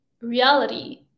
reality